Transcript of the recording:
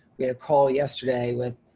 we had a call yesterday with